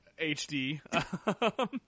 HD